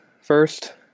first